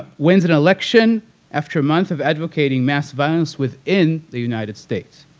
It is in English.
wins an election after months of advocating mass violence within the united states.